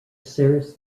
serves